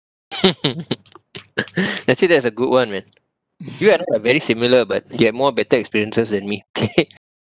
actually that's a good [one] man you had a very similar but you had more better experiences than me